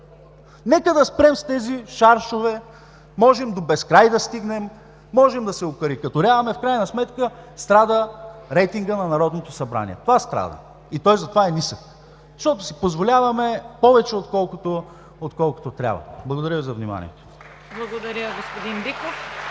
Нека да спрем с тези шаржове – можем до безкрай да стигнем, можем да се окарикатуряваме, в крайна сметка страда рейтингът на Народното събрание. Това страда. Той затова е нисък, защото си позволяваме повече, отколкото трябва. Благодаря Ви за вниманието (Ръкопляскания от